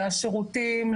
לשירותים,